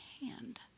hand